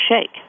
shake